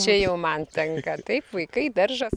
čia jau man tenka taip vaikai daržą